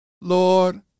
Lord